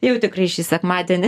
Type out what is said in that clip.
jau tikrai šį sekmadienį